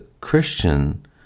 Christian